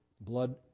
Blood